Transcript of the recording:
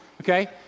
Okay